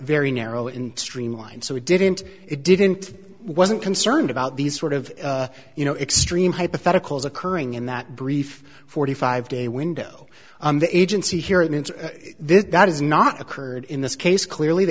very narrow in streamlined so it didn't it didn't wasn't concerned about these sort of you know extreme hypotheticals occurring in that brief forty five day window the agency here and this guy does not occurred in this case clearly the